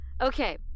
Okay